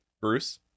Bruce